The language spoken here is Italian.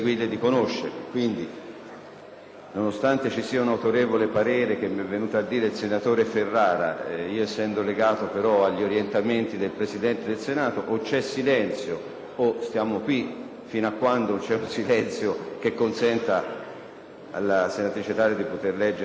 Nonostante ci sia un autorevole parere che mi è venuto a riferire il senatore Ferrara, io sono però legato agli orientamenti del Presidente del Senato. Quindi, o c'è silenzio, o stiamo qui fino a quando non ci sarà un silenzio che consenta alla senatrice Thaler Ausserhofer di poter leggere tranquillamente questi pareri.